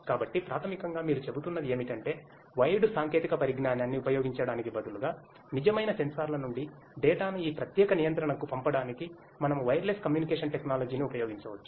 కాబట్టి ప్రాథమికంగా మీరు చెబుతున్నది ఏమిటంటే వైర్డు సాంకేతిక పరిజ్ఞానాన్ని ఉపయోగించటానికి బదులుగా నిజమైన సెన్సార్ల నుండి డేటా ను ఈ ప్రత్యేకనియంత్రణకుపంపడానికి మనము వైర్లెస్ కమ్యూనికేషన్ టెక్నాలజీని ఉపయోగించవచ్చు